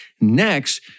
Next